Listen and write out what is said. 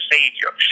Savior